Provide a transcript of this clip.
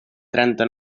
trenta